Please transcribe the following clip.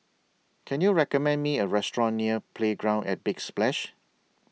Can YOU recommend Me A Restaurant near Playground At Big Splash